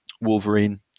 wolverine